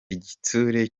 igitsure